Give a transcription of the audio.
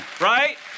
right